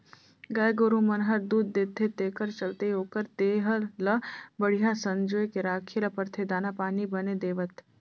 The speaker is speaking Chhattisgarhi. गाय गोरु मन हर दूद देथे तेखर चलते ओखर देह ल बड़िहा संजोए के राखे ल परथे दाना पानी बने देवत